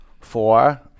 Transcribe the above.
Four